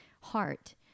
heart